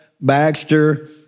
Baxter